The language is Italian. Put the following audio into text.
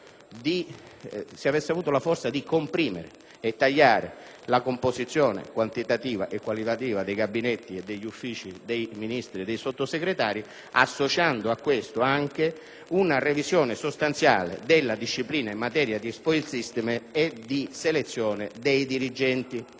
se avessero avuto la forza di comprimere e tagliare la composizione quantitativa e qualitativa dei Gabinetti e degli Uffici dei Ministri e dei Sottosegretari, associando a questo anche una revisione sostanziale della disciplina in materia di *spoil**s system* e di selezione dei dirigenti.